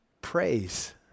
praise